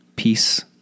Peace